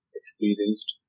experienced